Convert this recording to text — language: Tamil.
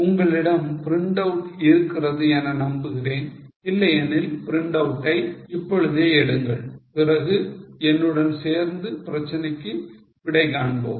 உங்களிடம் printout இருக்கிறது என நம்புகிறேன் இல்லையெனில் printout ஐ இப்பொழுதே எடுங்கள் பிறகு என்னுடன் சேர்ந்து பிரச்சனைக்கு விடை காண்போம்